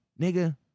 nigga